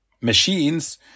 machines